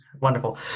Wonderful